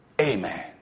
amen